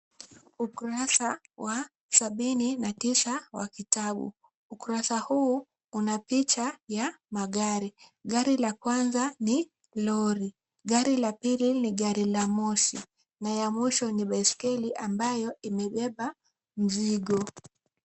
Ukurasa wa sabini na tisa wa kitabu. Ukurasa huu una picha ya magari. Gari la kwanza ni lori. Gari la pili ni gari la moshi. Na ya mwisho ni baiskeli ambayo imebeba mzigo.